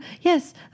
Yes